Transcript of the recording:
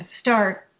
start